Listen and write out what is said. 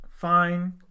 Fine